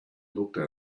looked